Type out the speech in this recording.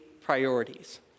priorities